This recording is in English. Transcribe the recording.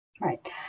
Right